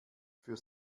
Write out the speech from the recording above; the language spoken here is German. für